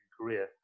Korea